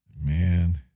Man